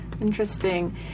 Interesting